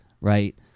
right